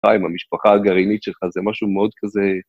עם המשפחה הגרעינית שלך, זה משהו מאוד כזה...